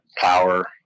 power